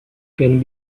can